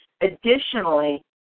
additionally